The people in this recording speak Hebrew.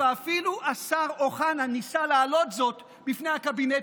ואפילו השר אוחנה ניסה להעלות זאת בפני הקבינט,